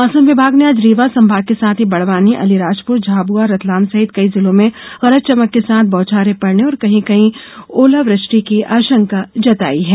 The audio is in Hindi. मौसम विभाग ने आज रीवा संभाग के साथ ही बड़वानी अलीराजपुर झाबुआ रतलाम सहित कई जिलों में गरज चमक के साथ बौछारें पड़नें और कहीं कहीं ओलावृष्टि की आशंका जताई है